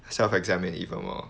self examine even more